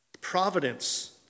Providence